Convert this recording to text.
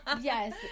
yes